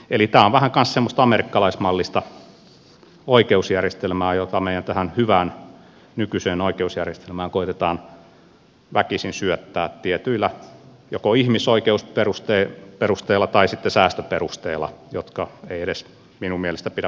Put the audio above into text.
eli tämä on vähän kanssa semmoista amerikkalaismallista oikeusjärjestelmää jota meidän tähän hyvään nykyiseen oikeusjärjestelmäämme koetetaan väkisin syöttää tietyillä joko ihmisoikeusperusteilla tai sitten säästöperusteilla jotka eivät minun mielestäni edes pidä paikkaansa